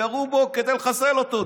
ירו בו כדי לחסל אותו.